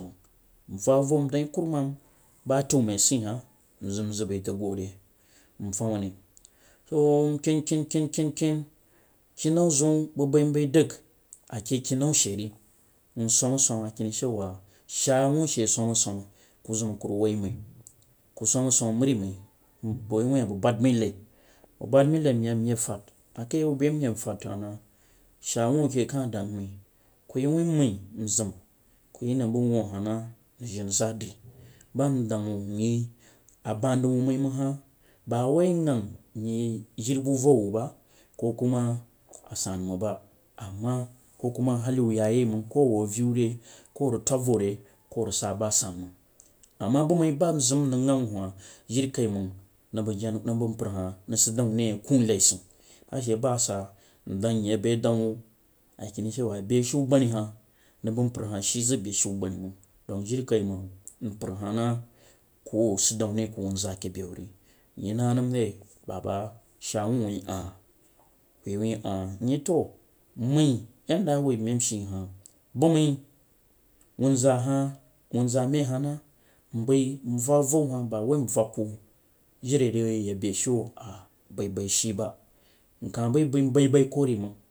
Nvag avam ndang yeh kurumam bai tau maiseh hag nzang nzang bai dang wuh re ncam re, to nka kan kan lehnheu zeun bang bai ndang a koh kenau she re nsama sam a keni shewa shaa wuushe sama sama ku zam a kur rif wuh mang ku sam sam mari, mai wuh a ku bad mai lai banf bad mai lai nyek nyeh fad a kej yeu bei nyeh fad hah na sha wuu kah sang mai ku wuh mai nzam ku yeh mai banf wuu hah na yeh jana zaa dri ba ndang nyeh a ban wuh bai ko kuma asan mang ba ama ko kuma hali wuh yah yeh mang ba ko a wuh avew re ko a rig sah bah asanmang, ama bu mang ba nzam nrig yangha hah jirikaimang nangbang mpar hah shi zak beshu wani mang dau jirikaimam mpar hah na ku si dau shaa wuu wuh ah ku wuh ah nyeh, to nmag yeh da da wuh bai nshe hah bu bai wun zaa hah wuri zaa mai a hah na nbai vang avw ba wuh nvag ku jiri a yeh rig yak bbeshu hah bah bah shii ba nkah bu kai nbah bah ku ni mang